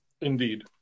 indeed